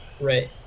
Right